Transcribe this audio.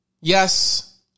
Yes